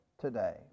today